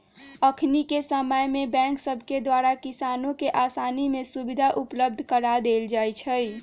अखनिके समय में बैंक सभके द्वारा किसानों के असानी से सुभीधा उपलब्ध करा देल जाइ छइ